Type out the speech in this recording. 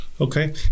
Okay